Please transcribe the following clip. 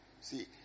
See